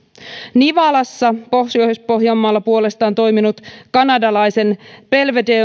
nivalassa pohjois pohjanmaalla puolestaan toiminut kanadalaisen belvedere